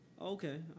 Okay